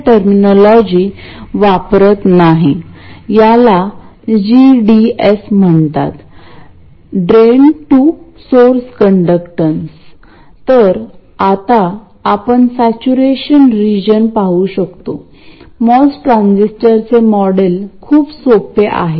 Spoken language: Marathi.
हे सर्किट जे आपण पुढे वापरणार आहोत ते आधीच माहिती आहे परंतु नंतर जेव्हा तुम्ही अधिक अनुभवी व्हाल तेव्हा आपण नवीन सर्किट वापरू शकतो आणि म्हणूनच तार्किक युक्तिवादा ची साखळी या प्रमाणे आहे